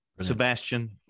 Sebastian